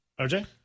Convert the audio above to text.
RJ